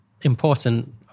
important